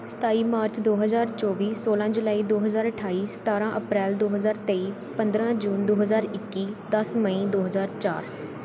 ਸਤਾਈ ਮਾਰਚ ਦੋ ਹਜ਼ਾਰ ਚੌਵੀ ਸੌਲਾਂ ਜੁਲਾਈ ਦੋ ਹਜ਼ਾਰ ਅਠਾਈ ਸਤਾਰਾਂ ਅਪ੍ਰੈਲ ਦੋ ਹਜ਼ਾਰ ਤੇਈ ਪੰਦਰਾਂ ਜੂਨ ਦੋ ਹਜ਼ਾਰ ਇੱਕੀ ਦਸ ਮਈ ਦੋ ਹਜ਼ਾਰ ਚਾਰ